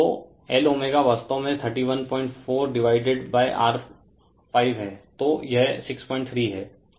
Refer Slide Time 1242 तो Lω वास्तव में 314डिवाइडेडR 5 है तो यह 63 है